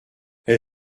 elle